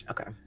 Okay